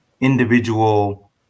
individual